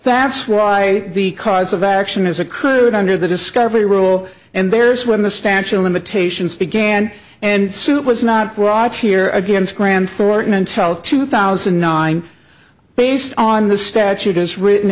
that's why the cause of action is a crude under the discovery rule and there's when the statute of limitations began and suit was not watch here against grand thorton until two thousand and nine based on the statute is written